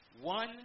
One